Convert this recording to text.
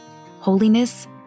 holiness